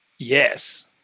Yes